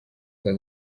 bwa